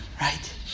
Right